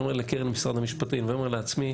אומר לקרן ממשרד המשפטים ואני אומר לעצמי